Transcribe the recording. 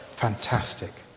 Fantastic